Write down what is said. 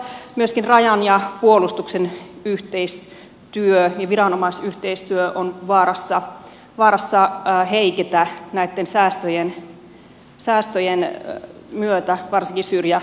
myöskin rajan ja puolustuksen yhteistyö ja viranomaisyhteistyö on vaarassa heiketä näitten säästöjen myötä varsinkin syrjäalueilla